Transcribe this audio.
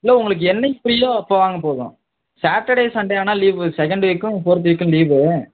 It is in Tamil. இல்லை உங்களுக்கு என்னிக்கு ஃப்ரீயோ அப்போது வாங்க போதும் சேட்டர்டே சண்டே ஆனால் லீவு செகெண்டு வீக்கும் ஃபோர்த்து வீக்கும் லீவு